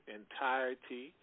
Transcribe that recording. entirety